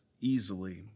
easily